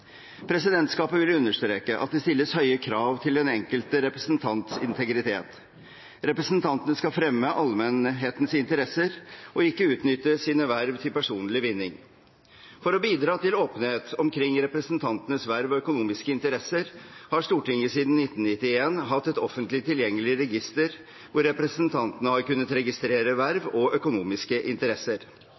Presidentskapet vil understreke at det stilles høye krav til den enkelte representants integritet. Representantene skal fremme allmennhetens interesser og ikke utnytte sine verv til personlig vinning. For å bidra til åpenhet omkring representantenes verv og økonomiske interesser har Stortinget siden 1991 hatt et offentlig tilgjengelig register hvor representantene har kunnet registrere verv og økonomiske interesser.